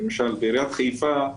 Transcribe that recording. בעיריית חיפה,